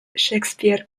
shakespeare